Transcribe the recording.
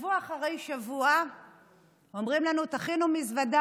שבוע אחרי שבוע אומרים לנו: תכינו מזוודה,